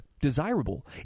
desirable